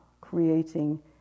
creating